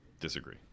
Disagree